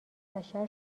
بشر